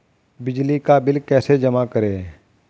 बिजली का बिल कैसे जमा करें?